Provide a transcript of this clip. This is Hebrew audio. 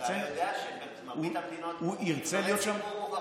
הוא ירצה להיות שם.